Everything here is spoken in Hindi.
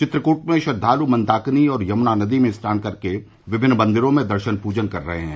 चित्रकूट में श्रद्वालु मंदाकिनी और यमुना नदी में स्नान कर के विभिन्न मंदिरों में दर्शन प्रजन कर रहे हैं